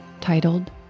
titled